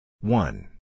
One